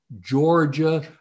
Georgia